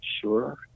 sure